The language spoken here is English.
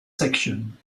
section